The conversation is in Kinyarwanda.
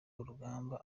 urugamba